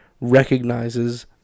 recognizes